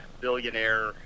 billionaire